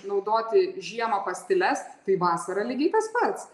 naudoti žiemą pastiles tai vasarą lygiai tas pats